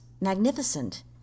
magnificent